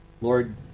Lord